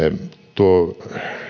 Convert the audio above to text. tuo